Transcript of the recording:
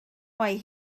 mae